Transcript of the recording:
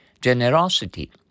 Generosity